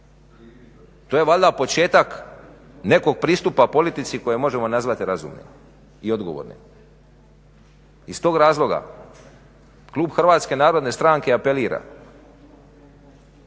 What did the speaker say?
To je valjda početak nekog pristupa politici koju možemo nazvati razumnim i odgovornim. Iz tog razloga klub Hrvatske narodne stranke apelira